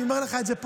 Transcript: אני אומר לך את זה,